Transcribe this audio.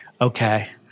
Okay